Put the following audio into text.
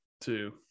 Two